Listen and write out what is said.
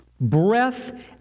breath